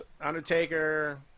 Undertaker